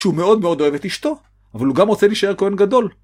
שהוא מאוד מאוד אוהב את אשתו, אבל הוא גם רוצה להישאר כהן גדול.